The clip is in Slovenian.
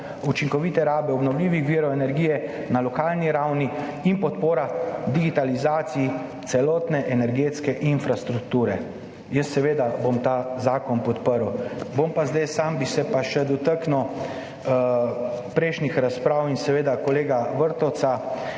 učinkovite rabe obnovljivih virov energije na lokalni ravni in podpora digitalizaciji celotne energetske infrastrukture. Jaz bom seveda ta zakon podprl. Bi se pa zdaj še dotaknil prejšnjih razprav in seveda kolega Vrtovca.